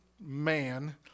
man